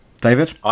David